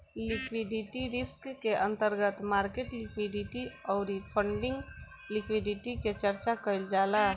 liquidity risk के अंतर्गत market liquidity अउरी फंडिंग लिक्विडिटी के चर्चा कईल जाला